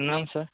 प्रणाम सर